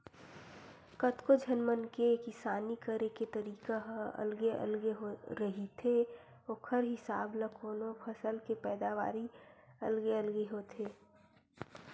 कतको झन मन के किसानी करे के तरीका ह अलगे अलगे रहिथे ओखर हिसाब ल कोनो फसल के पैदावारी अलगे अलगे होथे